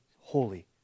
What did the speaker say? holy